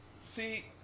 see